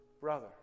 Brother